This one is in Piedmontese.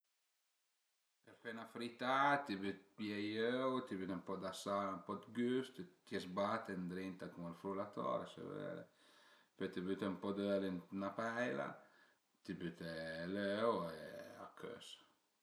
Për fe 'na frità pìe i öu, t'i büte ën po d'sal e ën po 'd güst, t'i zbate ëndrinta cun ël frullatore, pöi büte ën po d'öli ënt ün-a peila, t'i büte l'öu e a cös